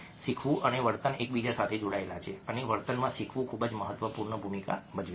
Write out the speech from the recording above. શીખવું અને વર્તન એકબીજા સાથે જોડાયેલા છે અને વર્તનમાં શીખવું ખૂબ જ મહત્વપૂર્ણ ભૂમિકા ભજવે છે